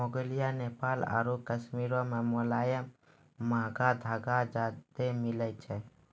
Mongolia, Nepal आरु कश्मीरो मे मोलायम महंगा तागा ज्यादा मिलै छै